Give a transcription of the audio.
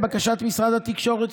לבקשת משרד התקשורת,